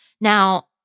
Now